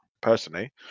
personally